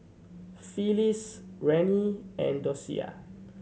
Felice Rennie and Docia